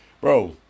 bro